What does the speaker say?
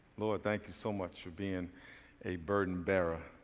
lord, thank you so much for being a burden bearer